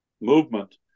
movement